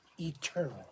eternal